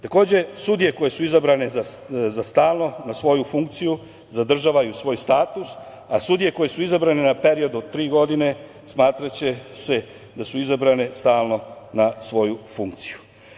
Takođe, sudije koje su izabrane za stalno na svoju funkciju zadržavaju svoj status, a sudije koje su izabrane na period do tri godine smatraće se da su izabrane za stalno na svoju funkciju.